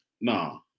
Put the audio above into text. no